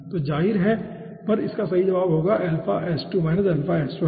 तो जाहिर तौर पर इसका सही जवाब होगा अल्फा s2 अल्फा s1